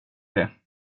det